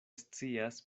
scias